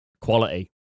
quality